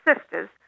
sisters